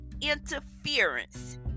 interference